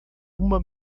uma